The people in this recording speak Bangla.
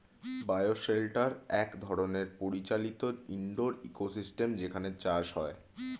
বায়ো শেল্টার এক ধরনের পরিচালিত ইন্ডোর ইকোসিস্টেম যেখানে চাষ হয়